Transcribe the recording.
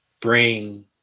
Bring